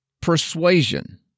persuasion